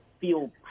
feel